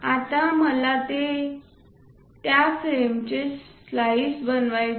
आता मला ते त्या फ्रेमचे स्लाइस करायचे आहे